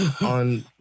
on